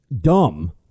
dumb